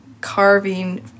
carving